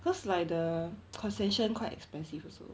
cause like the concession quite expensive also